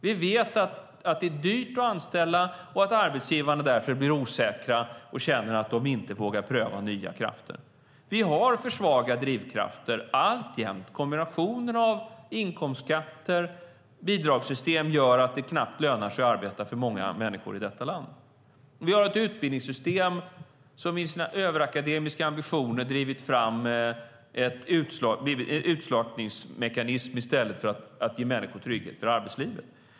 Vi vet att det är dyrt att anställa och att arbetsgivarna därför blir osäkra och känner att de inte vågar pröva nya krafter. Vi har försvagade drivkrafter alltjämt. Kombinationen av inkomstskatter och bidragssystem gör att det knappt lönar sig att arbeta för många människor i detta land. Vi har ett utbildningssystem som i sina överakademiska ambitioner har drivit fram en utslagningsmekanism i stället för att ge människor trygghet för arbetslivet.